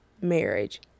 marriage